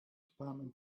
department